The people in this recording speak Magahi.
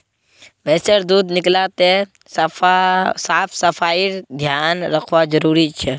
भैंसेर दूध निकलाते साफ सफाईर ध्यान रखना जरूरी छिके